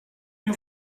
nim